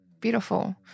Beautiful